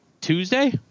Tuesday